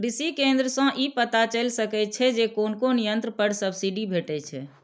कृषि केंद्र सं ई पता चलि सकै छै जे कोन कोन यंत्र पर सब्सिडी भेटै छै